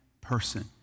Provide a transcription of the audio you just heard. person